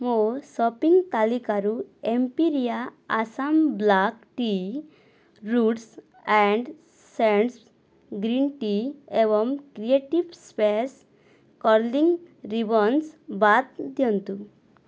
ମୋ ସପିଂ ତାଲିକାରୁ Empiria Assam black tea roots and stems green tea ଏବଂ କ୍ରିଏଟିଭ୍ ସ୍ପେସ୍ କର୍ଲିଂ ରିବନ୍ସ୍ ବାଦ ଦିଅନ୍ତୁ